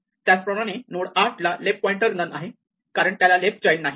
त्याचप्रमाणे नोड 8 ला left pointer null आहे कारण त्याला लेफ्ट चाइल्ड नाही